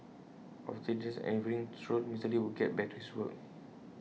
after his dinner and evening stroll Mister lee would get back to his work